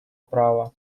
права